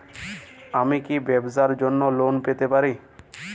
আমি কি ব্যবসার জন্য লোন পেতে পারি?